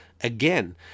again